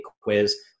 quiz